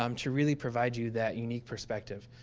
um to really provide you that unique perspective.